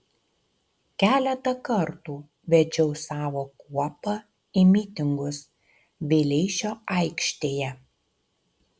keletą kartų vedžiau savo kuopą į mitingus vileišio aikštėje